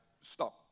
stop